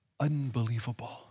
unbelievable